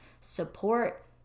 support